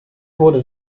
wurde